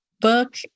book